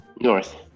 North